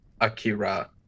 Akira